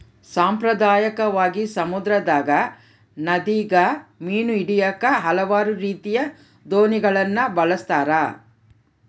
ಸಾಂಪ್ರದಾಯಿಕವಾಗಿ, ಸಮುದ್ರದಗ, ನದಿಗ ಮೀನು ಹಿಡಿಯಾಕ ಹಲವಾರು ರೀತಿಯ ದೋಣಿಗಳನ್ನ ಬಳಸ್ತಾರ